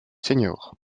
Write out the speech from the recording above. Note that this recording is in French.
seniors